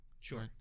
Sure